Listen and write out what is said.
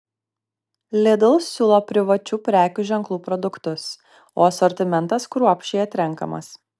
lidl siūlo privačių prekių ženklų produktus o asortimentas kruopščiai atrenkamas